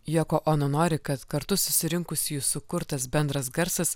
joko ono nori kad kartu susirinkusiųjų sukurtas bendras garsas